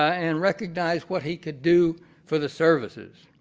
and recognized what he could do for the services.